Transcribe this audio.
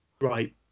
Right